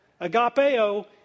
Agapeo